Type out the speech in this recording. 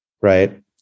right